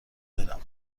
برم